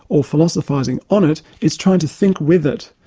or philosophising on it, it's trying to think with it,